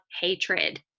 hatred